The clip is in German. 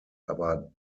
aber